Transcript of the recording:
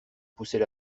poussait